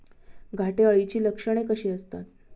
घाटे अळीची लक्षणे कशी असतात?